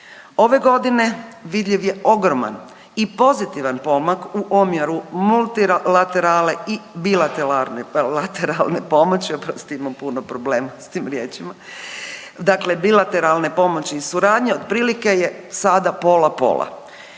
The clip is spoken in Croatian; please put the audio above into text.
Ove godine vidljiv je ogroman i pozitivan pomak u omjeru multilaterale i bilateralne pomoći. Oprostite, imam puno problema sa tim riječima. Dakle, bilateralne pomoći i suradnje otprilike je sada pola pola.